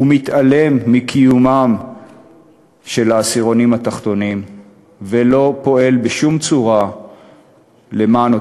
הוא מתעלם מקיומם של העשירונים התחתונים ולא פועל בשום צורה למענם.